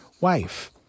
wife